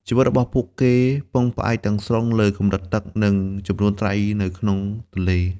ជីវិតរបស់ពួកគេពឹងផ្អែកទាំងស្រុងលើ កម្រិតទឹក និងចំនួនត្រីនៅក្នុងទន្លេ។